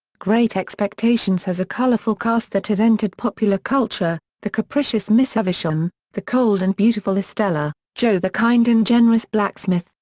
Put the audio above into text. great expectations has a colourful cast that has entered popular culture the capricious miss havisham, the cold and beautiful estella, joe the kind and generous blacksmith,